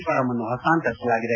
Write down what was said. form ಅನ್ನು ಹಸ್ತಾಂತರಿಸಲಾಗಿದೆ